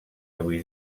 avui